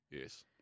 Yes